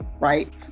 Right